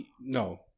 no